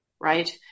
right